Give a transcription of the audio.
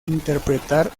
interpretar